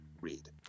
read